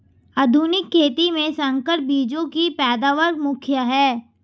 आधुनिक खेती में संकर बीजों की पैदावार मुख्य हैं